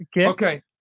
Okay